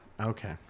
Okay